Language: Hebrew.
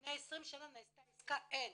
לפני 20 שנה נעשתה עסקה, אין.